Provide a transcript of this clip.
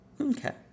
Okay